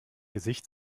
gesicht